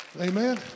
Amen